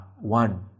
one